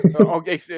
Okay